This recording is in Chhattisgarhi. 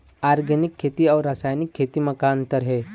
ऑर्गेनिक खेती अउ रासायनिक खेती म का अंतर हे?